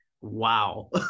Wow